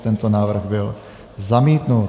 Tento návrh byl zamítnut.